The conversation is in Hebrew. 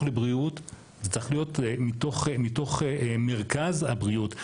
לבריאות זה צריך להיות מתוך מרכז הבריאות,